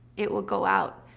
it will go out.